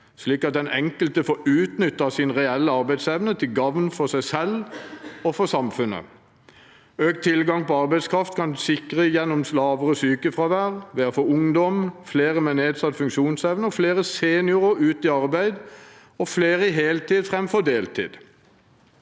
og at den enkelte får utnyttet sin reelle arbeidsevne til gagn for seg selv og samfunnet. Økt tilgang på arbeidskraft kan sikres gjennom lavere sykefravær og ved å få ungdom, flere med nedsatt funksjonsevne og flere seniorer ut i arbeid, og flere i heltid framfor deltid.